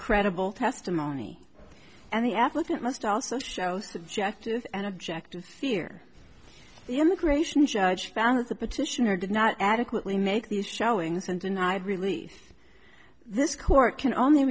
credible testimony and the applicant must also show subjective and objective fear the immigration judge found that the petitioner did not adequately make these showings and denied relief this court can only